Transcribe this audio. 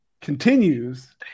continues